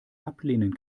ablehnen